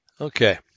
Okay